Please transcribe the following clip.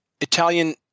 Italian